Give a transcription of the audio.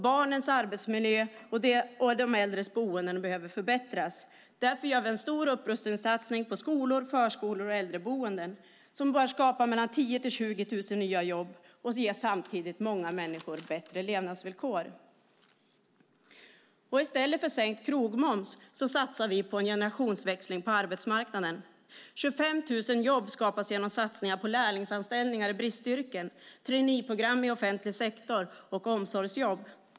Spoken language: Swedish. Barnens arbetsmiljö och de äldres boenden behöver förbättras. Därför gör vi en stor upprustningssatsning på skolor, förskolor och äldreboenden. Det skapar mellan 10 000 och 20 000 nya jobb och ger samtidigt många människor bättre levnadsvillkor. I stället för sänkt krogmoms satsar vi på en generationsväxling på arbetsmarknaden. 25 000 jobb skapas genom satsningar på lärlingsanställningar i bristyrken, traineeprogram i offentlig sektor och omsorgsjobb.